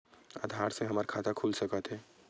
आधार से हमर खाता खुल सकत हे?